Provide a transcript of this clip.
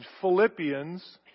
Philippians